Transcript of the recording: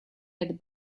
had